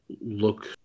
look